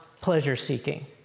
pleasure-seeking